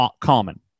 common